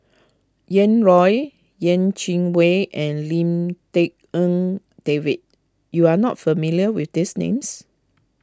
Ian Loy Yeh Chi Wei and Lim Tik En David you are not familiar with these names